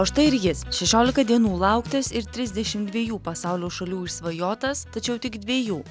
o štai ir jis šešiolika dienų lauktis ir trisdešimt dviejų pasaulio šalių išsvajotas tačiau tik dviejų